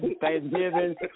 Thanksgiving